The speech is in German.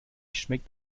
schmeckt